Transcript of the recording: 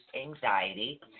anxiety